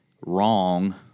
wrong